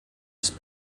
ist